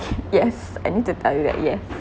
yes I need to tell you that yes